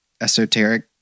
esoteric